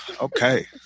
okay